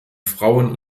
frauen